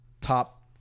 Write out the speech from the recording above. top